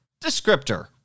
descriptor